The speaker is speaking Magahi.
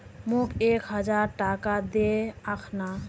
मोक एक हजार टका दे अखना